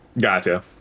Gotcha